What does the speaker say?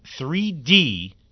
3D